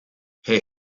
hij